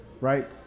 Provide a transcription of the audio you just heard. right